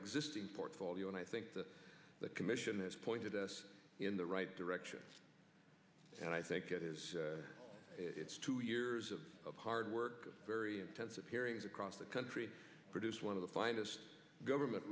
existing portfolio and i think that the commission has pointed us in the right direction and i think it is it's two years of hard work very intensive hearings across the country produced one of the finest government